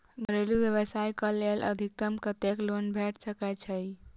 घरेलू व्यवसाय कऽ लेल अधिकतम कत्तेक लोन भेट सकय छई?